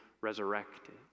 Resurrected